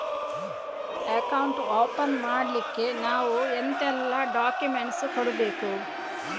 Account open ಮಾಡ್ಲಿಕ್ಕೆ ನಾವು ಎಂತೆಲ್ಲ ಡಾಕ್ಯುಮೆಂಟ್ಸ್ ಕೊಡ್ಬೇಕು?